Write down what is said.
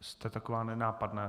Jste taková nenápadná...